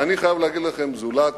ואני חייב להגיד לכם, זולת